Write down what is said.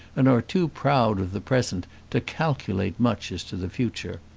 and are too proud of the present to calculate much as to the future.